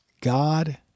God